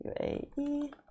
UAE